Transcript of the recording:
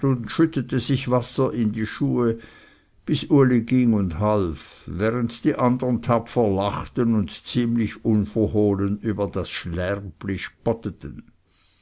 schüttete sich wasser in die schuhe bis uli ging und half während die andern tapfer lachten und ziemlich unverhohlen über das schlärpli spotteten